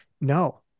No